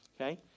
Okay